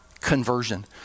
conversion